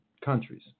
countries